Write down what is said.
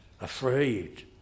afraid